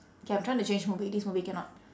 okay I'm trying to change movie this movie cannot